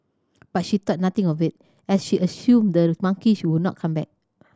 but she thought nothing of it as she assumed the monkey would not come back